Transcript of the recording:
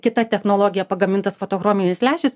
kita technologija pagamintas fotochrominius lęšis